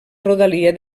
rodalia